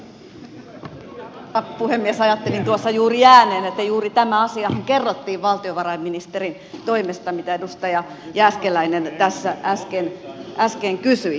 ajattelin tuossa juuri ääneen että juuri tämä asiahan kerrottiin valtiovarainministerin toimesta mitä edustaja jääskeläinen tässä äsken kysyi